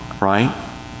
right